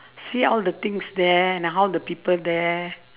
see all the things there and how the people there